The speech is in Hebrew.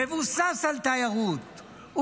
מבוסס על תיירות,